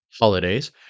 holidays